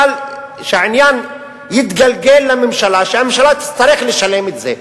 שהעניין יתגלגל לממשלה, שהממשלה תצטרך לשלם את זה.